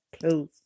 close